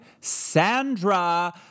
Sandra